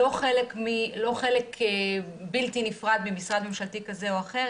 לא חלק בלתי נפרד ממשרד ממשלתי כזה או אחר,